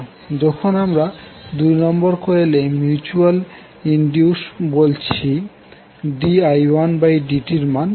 যখন আমরা দুই নম্বর কোয়েলে মিউচুয়াল ইনডিউসড বলছি di1dtএর মান শূন্য